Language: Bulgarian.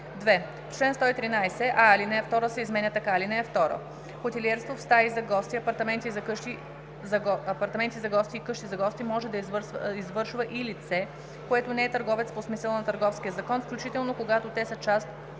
2. В чл. 113 : а) алинея 2 се изменя така: „(2) Хотелиерство в стаи за гости, апартаменти за гости и къщи за гости може да извършва и лице, което не е търговец по смисъла на Търговския закон, включително когато те са част